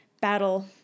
battle